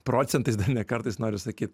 procentais dar ne kartais noriu sakyt